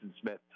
Smith